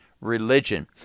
religion